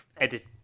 edit